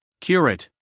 Curate